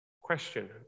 Question